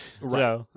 Right